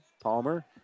Palmer